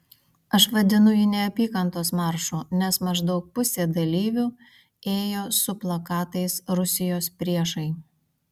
aš vadinu jį neapykantos maršu nes maždaug pusė dalyvių ėjo su plakatais rusijos priešai